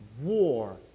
War